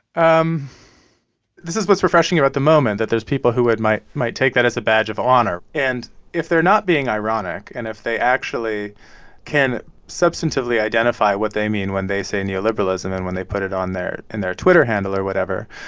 um this is what's refreshing about the moment, that there's people who had might might take that as a badge of honor. and if they're not being ironic, and if they actually can substantively identify what they mean when they say neoliberalism and when they put it on their in their twitter handle or whatever,